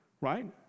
right